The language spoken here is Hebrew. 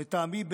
לטעמי,